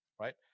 right